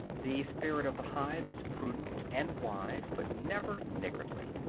the spirit of the hive is prudent and wise, but never niggardly.